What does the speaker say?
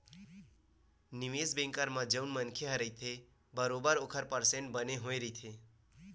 निवेस बेंकर म जउन मनखे ह रहिथे बरोबर ओखर परसेंट बने होय रहिथे